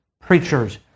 preachers